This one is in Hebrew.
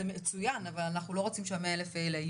זה מצוין אבל אנחנו לא רוצים שה-100,000 האלה,